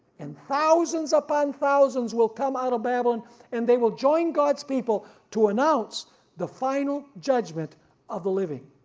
and thousands upon thousands will come out of babylon and they will join god's people to announce the final judgement of the living,